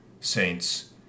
saints